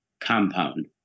compound